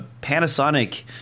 Panasonic